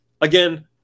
Again